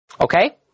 Okay